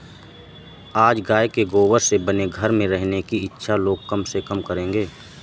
आज गाय के गोबर से बने घर में रहने की इच्छा लोग कम से कम करेंगे